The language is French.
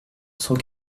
cent